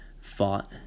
fought